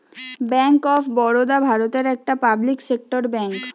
bank of Baroda ভারতের একটা public sector bank